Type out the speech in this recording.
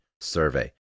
survey